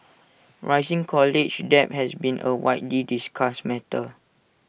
rising college debt has been A widely discussed matter